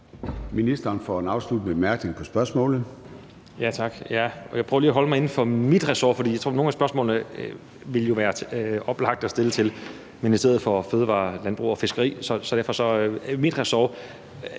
Ministeren for en afsluttende bemærkning til spørgsmålet.